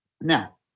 Now